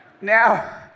Now